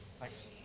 Thanks